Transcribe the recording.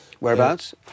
Whereabouts